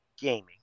gaming